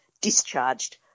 discharged